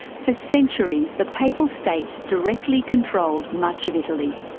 so centuries, the papal states directly controlled much of italy.